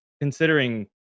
considering